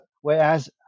Whereas